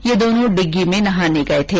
ये दोनों डिग्गी में नहाने गये थे